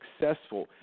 successful